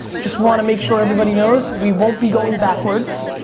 just wanna make sure everybody knows, we won't be going backwards.